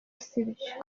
sibyo